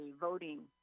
voting